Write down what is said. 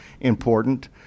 important